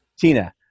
Tina